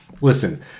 Listen